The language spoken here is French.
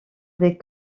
des